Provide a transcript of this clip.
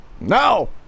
NO